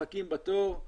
מחכים בתור,